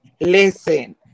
Listen